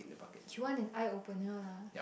do you want an eye opener lah